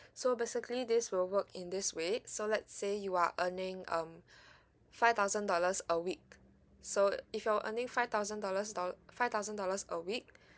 so basically this will work in this way so let's say you are earning um five thousand dollars a week so if you're earning five thousand dollars doll~ five thousand dollars a week